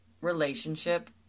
relationship